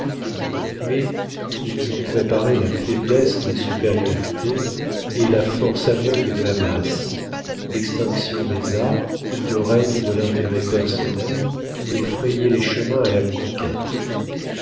mais ils ont préparé la faiblesse des supériorités et la force aveugle de la masse l'extinction des arts le règne de l'intérêt personnel et frayé les chemins à la conquête